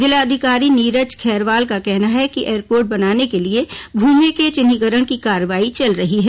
जिलाधिकारी नीरज खैरवाल का कहना है की एयरपोर्ट बनाने के लिए भूमि के चिन्हीकरण की कार्रवाई चल रही है